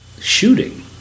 shooting